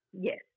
Yes